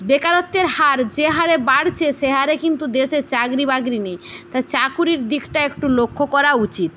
বেকারত্বের হার যে হারে বাড়ছে সে হারে কিন্তু দেশের চাকরি বাকরি নেই তা চাকুরির দিকটা একটু লক্ষ্য করা উচিত